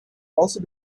also